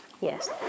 yes